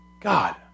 God